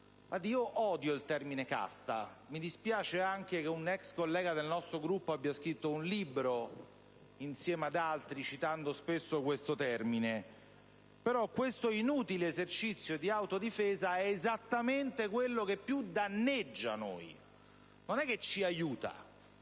Io odio il termine casta: mi dispiace anche che un ex collega del nostro Gruppo abbia scritto un libro, insieme ad altri, citando spesso questo termine, però, questo inutile esercizio di autodifesa è esattamente quello che più ci danneggia, non ci aiuta.